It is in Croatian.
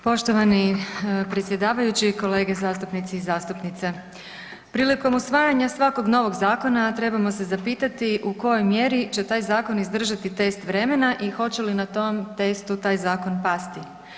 Poštovani predsjedavajući, kolege zastupnici i zastupnice, prilikom usvajanja svakog novog zakona trebamo se zapitati u kojoj mjeri će taj zakon zadržati test vremena i hoće li na tom testu taj zakon pasti.